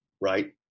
right